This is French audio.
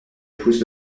épouse